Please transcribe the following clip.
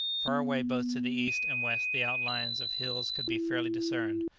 far away both to the east and west the outlines of hills could be faintly discerned,